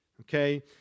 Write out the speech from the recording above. okay